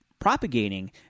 propagating